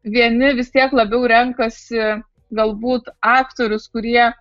vieni vis tiek labiau renkasi galbūt aktorius kurie